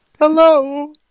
Hello